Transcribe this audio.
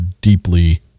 deeply